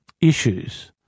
issues